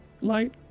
light